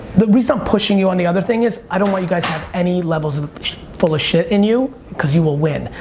the reason i'm pushing you on the other thing is, i don't want you guys to have any levels of of full of shit in you cause you will win.